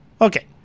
Okay